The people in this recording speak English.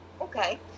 Okay